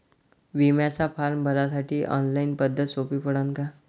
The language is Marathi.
बिम्याचा फारम भरासाठी ऑनलाईन पद्धत सोपी पडन का?